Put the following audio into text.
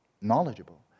knowledgeable